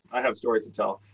i have stories to tell.